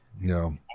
No